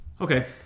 okay